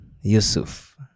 Yusuf